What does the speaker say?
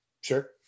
sure